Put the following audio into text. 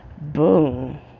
boom